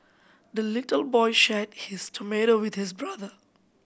the little boy shared his tomato with his brother